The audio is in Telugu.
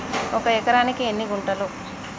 ఒక ఎకరానికి ఎన్ని గుంటలు?